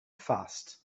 fast